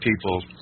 people